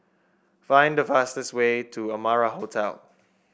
find the fastest way to Amara Hotel